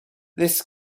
this